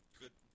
good